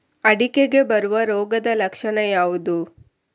ಅಡಿಕೆಗೆ ಬರುವ ರೋಗದ ಲಕ್ಷಣ ಯಾವುದು?